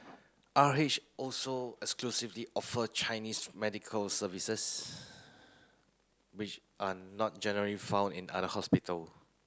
R H also exclusively offer Chinese medical services which are not generally found in other hospital